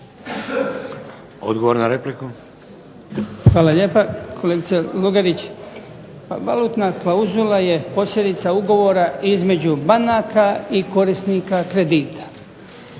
Goran (HDZ)** Hvala lijepa, kolegice Lugarić. Pa valutna klauzula je posljedica ugovora između banaka i korisnika kredita.